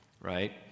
right